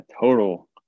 total